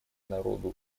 народу